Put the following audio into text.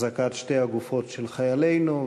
החזקת שתי הגופות של חיילינו,